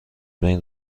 بین